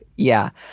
yeah.